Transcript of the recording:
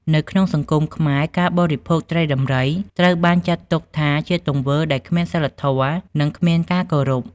នៅក្នុងសង្គមខ្មែរ ការបរិភោគត្រីដំរីត្រូវបានចាត់ទុកថាជាទង្វើដែលគ្មានសីលធម៌និងគ្មានការគោរព។